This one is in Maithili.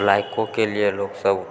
लाइकोके लिए लोक सब